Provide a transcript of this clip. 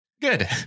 Good